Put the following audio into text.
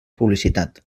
publicitat